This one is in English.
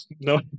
no